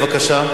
בבקשה.